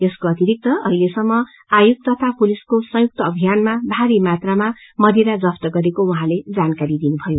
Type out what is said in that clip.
यसको अतिरिक्त अहिलेसम्म आयोग तथा पुलिसको संयुक्त अभियानामा भारी मात्रामा मदिरा जफ्त गरेको उहाँले जानकारी दिनुभयो